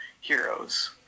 heroes